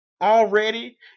already